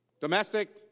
Domestic